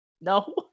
no